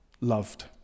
Loved